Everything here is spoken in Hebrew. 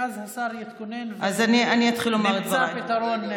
ואז השר יתכונן ונמצא פתרון.